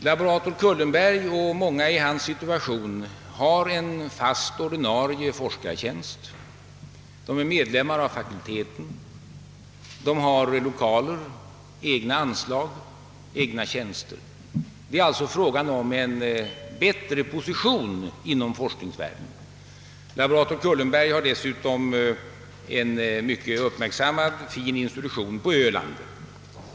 Laborator Kullenberg och många i hans situation har en ordinarie forskartjänst, de är medlemmar av fakulteten, har l1okaler, egna anslag, egna tjänster. Det är alltså fråga om en bättre position inom forskningsvärlden. Laborator Kullenberg har dessutom en mycket uppmärksammad fin institution på Öland.